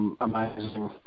amazing